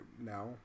now